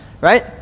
right